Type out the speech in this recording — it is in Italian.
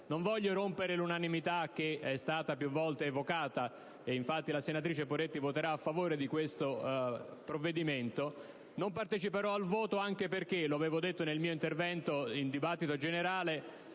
Non voglio rompere l'unanimità che è stata più volte evocata, e infatti la senatrice Poretti voterà a favore del disegno di legge. Non parteciperò però al voto, anche perché, come ho detto nel mio intervento in discussione generale,